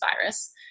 virus